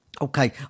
Okay